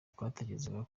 twatekerezaga